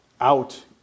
out